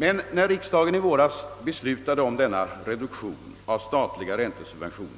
Men när riksdagen i våras beslutade om denna reduktion av statliga räntesubventioner